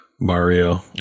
Mario